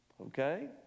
Okay